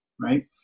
right